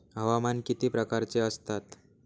हवामान किती प्रकारचे असतात?